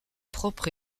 propre